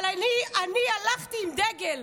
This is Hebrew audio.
אבל אני הלכתי עם דגל,